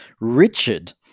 Richard